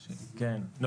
לא,